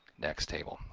next table,